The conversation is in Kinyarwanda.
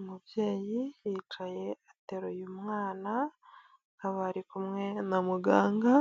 Umubyeyi yicaye ateruye umwana, akaba ari kumwe na muganga,